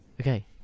Okay